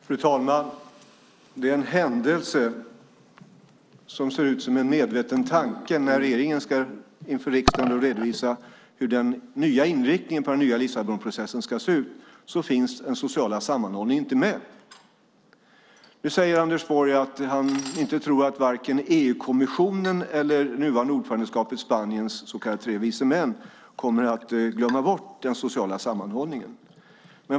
Fru talman! Det är en händelse som ser ut som en tanke att, när regeringen inför riksdagen ska redovisa inriktningen på den nya Lissabonprocessen, den sociala sammanhållningen inte finns med. Nu säger Anders Borg att han inte tror att vare sig EU-kommissionen eller det nuvarande ordförandeskapet Spaniens så kallade tre vise män kommer att glömma bort den sociala sammanhållningen.